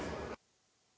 Hvala